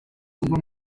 kuva